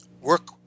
Work